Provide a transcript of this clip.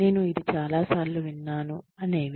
నేను ఇది చాలా సార్లు విన్నాను అనేవి